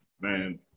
man